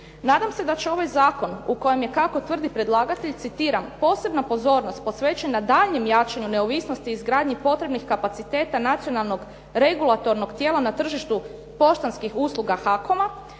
Nadam se da će ovaj zakon u kojem je kako tvrdi predlagatelj, citiram, posebna pozornost posvećena daljnjem jačanju neovisnosti izgradnje potrebnih kapaciteta nacionalnog regulatornog tijela na tržištu poštanskih usluga HAKOM-a